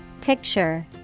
picture